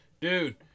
Dude